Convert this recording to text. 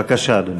בבקשה, אדוני.